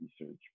research